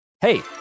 Hey